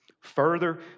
further